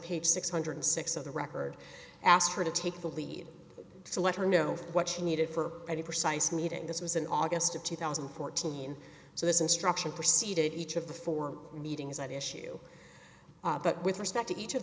page six hundred six of the record asked her to take the lead to let her know what she needed for any precise meeting this was in august of two thousand and fourteen so this instruction preceded each of the four meetings idea shoe but with respect to each of